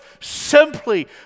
simply